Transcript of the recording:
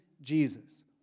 Jesus